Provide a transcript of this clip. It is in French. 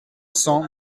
cents